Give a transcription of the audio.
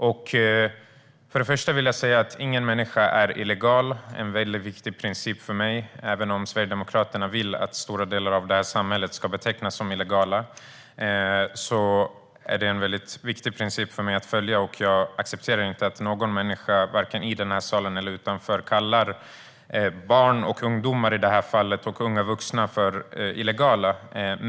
Först och främst vill jag säga att ingen människa är illegal. Det är en mycket viktig princip för mig. Även om Sverigedemokraterna vill att stora delar av det här samhället ska betecknas som illegala är det en mycket viktig princip för mig att följa, och jag accepterar inte att någon människa i den här salen eller utanför den kallar barn, ungdomar och unga vuxna för illegala.